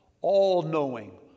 all-knowing